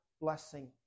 blessing